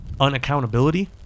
unaccountability